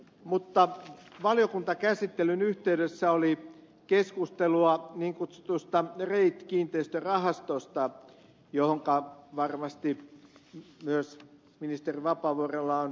mutta valiokuntakäsittelyn yhteydessä oli keskustelua niin kutsutusta reit kiinteistörahastosta josta varmasti myös ministeri vapaavuorella on käsitys